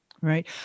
Right